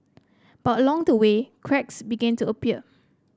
but along the way cracks began to appear